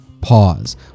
pause